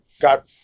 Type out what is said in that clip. got